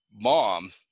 mom